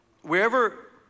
wherever